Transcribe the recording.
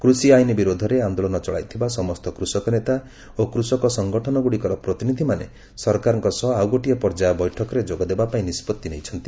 କୃଷି ଆଇନ ବିରୋଧରେ ଆନ୍ଦୋଳନ ଚଳାଇଥିବା ସମସ୍ତ କୃଷକ ନେତା ଓ କୃଷକ ସଙ୍ଗଠନଗୁଡ଼ିକର ପ୍ରତିନିଧିମାନେ ସରକାରଙ୍କ ସହ ଆଉ ଗୋଟିଏ ପର୍ଯ୍ୟାୟ ବୈଠକରେ ଯୋଗଦେବାପାଇଁ ନିଷ୍କଭି ନେଇଛନ୍ତି